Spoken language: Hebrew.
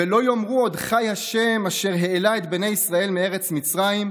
ולא יאמרו עוד חי ה' אשר העלה את בני ישראל מארץ מצרים,